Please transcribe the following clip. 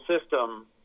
system